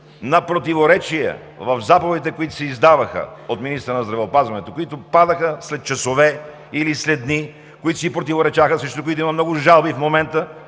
на противоречия в заповедите, които се издаваха от министъра на здравеопазването, които падаха след часове или след дни, които си противоречаха, срещу които има много жалби в момента